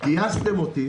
גייסתם אותי